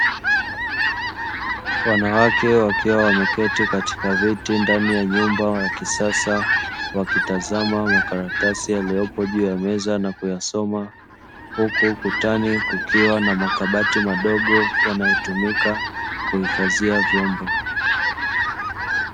Wanawake wakiwa wameketi katika viti ndani ya nyumba ya kisasa wakitazama makaratasi yaliyopo juu ya meza na kuyasoma, huku utani kukiwa na makabati madogo yanayotumika kuhifadhia vyombo.